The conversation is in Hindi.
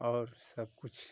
और सब कुछ